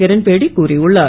கிரண்பேடி கூறியுள்ளார்